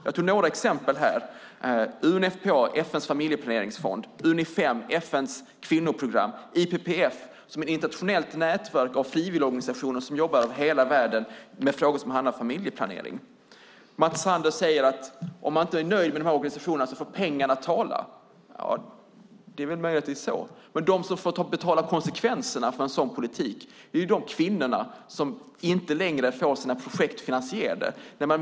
Jag tog några exempel: UNFPA som är FN:s familjeplaneringsfond, Unifem som är FN:s kvinnoprogram och IPPF som är ett internationellt nätverk av frivilligorganisationer som jobbar över hela världen med frågor som handlar om familjeplanering. Mats Sander säger att om man inte är nöjd med de här organisationerna får pengarna tala. Det är möjligt att det är så, men de som får betala konsekvenserna för en sådan politik är de kvinnor som inte längre får sina projekt finansierade.